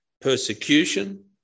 persecution